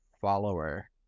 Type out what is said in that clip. follower